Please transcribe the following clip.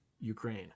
Ukraine